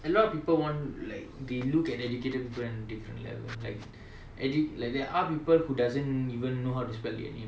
a lot of people won't like they look at educated people in different level like edu~ like there are people who doesn't even know how to spell their name